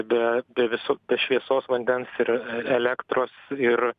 be be visų šviesos vandens ir elektros ir